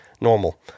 normal